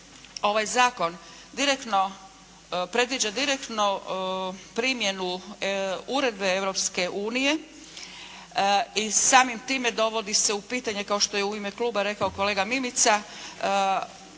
direktno, predviđa direktnu primjenu uredbe Europske unije i samim time dovodi se u pitanje kao što je u ime Kluba rekao kolega Mimica